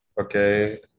Okay